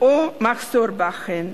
או מחסור בהן.